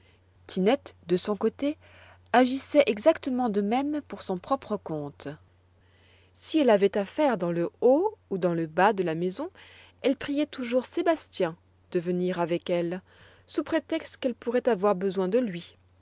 tinette de son côté agissait exactement de même pour son propre compte si elle avait à faire dans le haut ou dans le bas de la maison elle priait toujours sébastien de venir avec elle sous prétexte qu'elle pourrait avoir besoin de lui